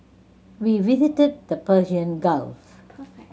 we visited the Persian Gulf